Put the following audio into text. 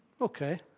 okay